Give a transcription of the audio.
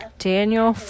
Daniel